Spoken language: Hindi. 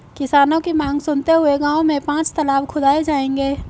किसानों की मांग सुनते हुए गांव में पांच तलाब खुदाऐ जाएंगे